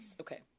okay